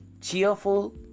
Cheerful